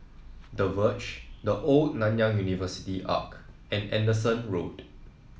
The Verge The Old Nanyang University Arch and Anderson Road